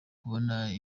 kubona